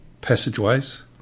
passageways